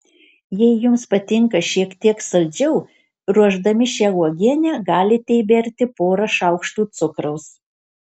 jei jums patinka šiek tiek saldžiau ruošdami šią uogienę galite įberti porą šaukštų cukraus